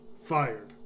Fired